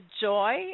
joy